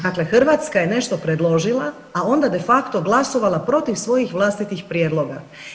Dakle, Hrvatska je nešto predložila a onda de facto glasovala protiv svojih vlastitih prijedloga.